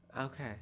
Okay